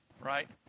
right